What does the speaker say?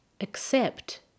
accept